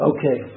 Okay